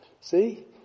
See